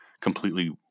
completely